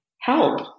help